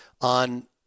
on